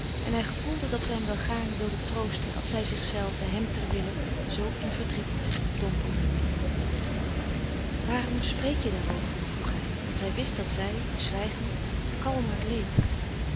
en hij gevoelde dat zij hem wel gaarne wilde troosten als zij zichzelve hem terwille zoo in verdriet dompelde waarom spreek je daarover vroeg hij want hij wist dat zij zwijgend kalmer leed